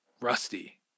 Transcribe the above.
rusty